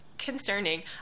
concerning